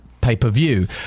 pay-per-view